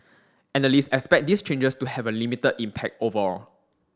analysts expect these changes to have a limited impact overall